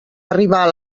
arribar